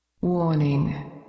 Warning